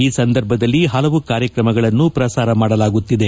ಈ ಸಂದರ್ಭದಲ್ಲಿ ಹಲವು ಕಾರ್ಯಕ್ರಮಗಳನ್ನು ಪ್ರಸಾರ ಮಾಡಲಾಗುತ್ತಿದೆ